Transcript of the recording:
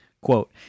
Quote